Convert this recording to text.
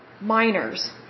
minors